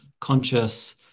conscious